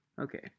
Okay